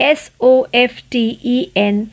soften